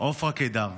עפרה קידר,